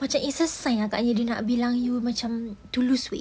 macam it's a sign dia nak bilang you to lose weight